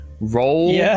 roll